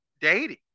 dating